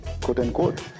quote-unquote